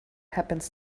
happens